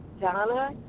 Donna